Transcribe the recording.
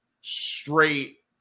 straight